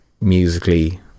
musically